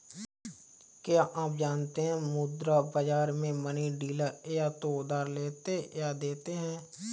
क्या आप जानते है मुद्रा बाज़ार में मनी डीलर या तो उधार लेते या देते है?